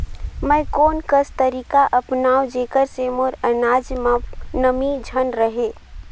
मैं कोन कस तरीका अपनाओं जेकर से मोर अनाज म नमी झन रहे?